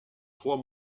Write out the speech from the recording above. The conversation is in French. trois